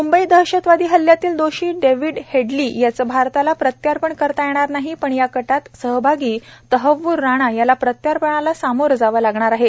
मूंबई दहशतवादी हल्ल्यातील दोषी डेव्हिड हेडली याचं भारताला प्रत्यार्पण करता येणार नाही पण या कटात सहभागी तहव्वूर राणा याला प्रत्यार्पणाला सामोरं जावं लागणार आहे